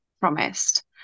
promised